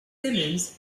simmons